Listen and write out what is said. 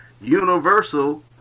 universal